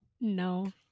No